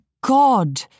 God